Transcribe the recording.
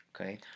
Okay